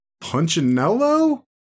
Punchinello